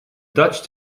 dutch